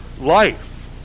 life